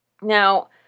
Now